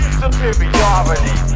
superiority